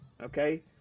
Okay